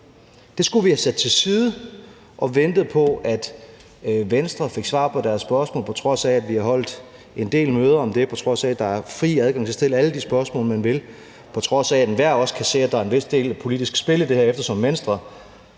Vi skulle have sat det til side og ventet på, at Venstre fik svar på deres spørgsmål – på trods af at vi har holdt en del møder om det, på trods af at der er fri adgang til at stille alle de spørgsmål, man vil, på trods af at enhver også kan se, at der er en vis del politisk spil i det her, eftersom Venstre,